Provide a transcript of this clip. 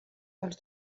els